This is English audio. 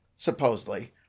supposedly